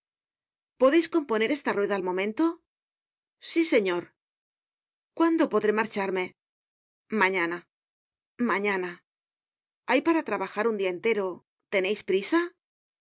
podeis componer esta rueda al momento sí señor cuándo podré marcharme mañana mañana hay para trabajar un dia entero teneis prisa